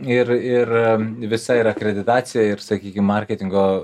ir ir visa ir akreditacija ir sakykim marketingo